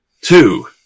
two